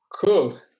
Cool